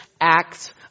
acts